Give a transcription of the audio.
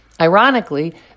Ironically